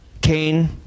Cain